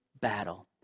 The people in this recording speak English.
battle